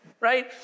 right